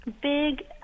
big